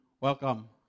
Welcome